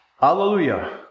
Hallelujah